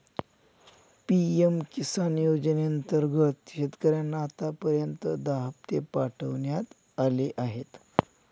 PM Kisan योजनेअंतर्गत शेतकऱ्यांना आतापर्यंत दहा हप्ते पाठवण्यात आले आहेत